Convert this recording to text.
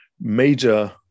major